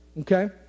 Okay